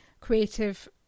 creative